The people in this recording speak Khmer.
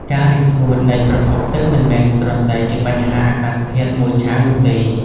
ការរីងស្ងួតនៃប្រភពទឹកមិនមែនគ្រាន់តែជាបញ្ហាអាកាសធាតុមួយឆាវនោះទេ។